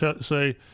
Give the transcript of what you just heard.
say